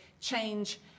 change